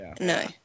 No